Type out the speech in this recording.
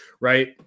right